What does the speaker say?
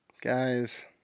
Guys